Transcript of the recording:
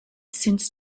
since